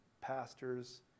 pastors